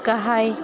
गाहाय